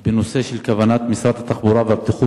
דיון בנושא כוונת משרד התחבורה והבטיחות